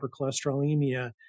hypercholesterolemia